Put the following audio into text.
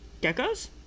geckos